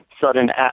sudden